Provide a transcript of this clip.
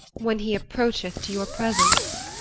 when he approacheth to your presence.